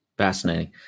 Fascinating